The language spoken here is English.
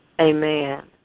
Amen